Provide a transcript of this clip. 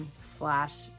slash